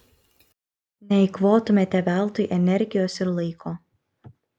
neeikvotumėte veltui energijos ir laiko